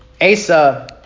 Asa